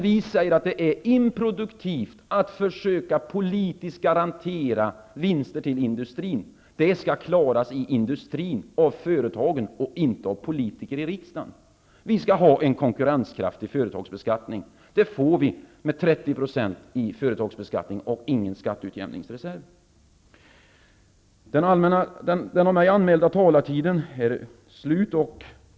Vi säger att det är improduktivt att försöka att politiskt garantera vinster till industrin. Det skall industrin och företagen klara själva, inte med hjälp av politiker i riskdagen. Vi skall ha en konkurrenskraftig företagsbeskattning. Det får vi med en 30-procentig företagsbeskattning utan skatteutjämningsreserv. Den av mig anmälda taletiden är slut.